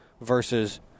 versus